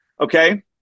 Okay